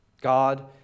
God